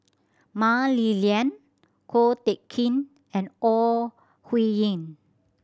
Mah Li Lian Ko Teck Kin and Ore Huiying